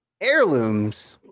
heirlooms